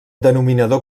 denominador